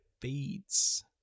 feeds